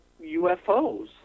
UFOs